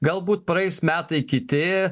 galbūt praeis metai kiti